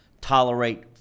tolerate